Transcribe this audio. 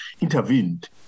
intervened